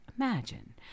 Imagine